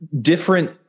different